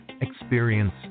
experience